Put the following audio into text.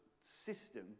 system